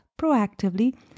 proactively